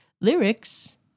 Lyrics